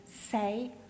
say